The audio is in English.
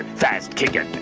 fast kicking.